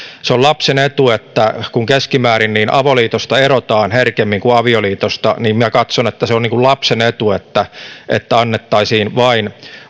se on lapsen etu kun keskimäärin avoliitosta erotaan herkemmin kuin avioliitosta niin minä katson että se on lapsen etu että niitä annettaisiin vain